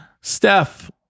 Steph